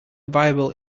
viable